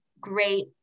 great